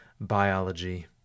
biology